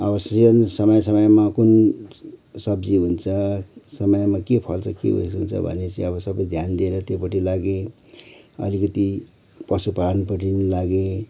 अब सिजन समय समयमा कुन सब्जिहरू हुन्छ समयमा के फल्छ के हुन्छ भनेपछि सबै ध्यान दिएर त्योपट्टि लागेँ अलिकति पशु पालनपट्टि पनि लागेँ